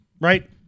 Right